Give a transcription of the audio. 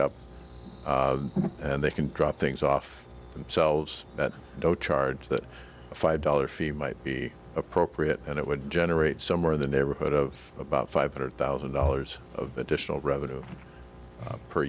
ups and they can drop things off themselves at no charge that a five dollars fee might be appropriate and it would generate somewhere in the neighborhood of about five hundred thousand dollars of additional revenue per